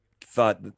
thought